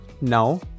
Now